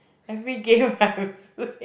every game I've played